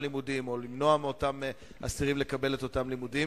לימודים או למנוע מאותם אסירים לקבל את אותם לימודים.